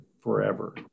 forever